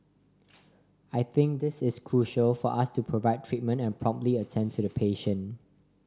I think this is crucial for us to provide treatment and promptly attend to the patient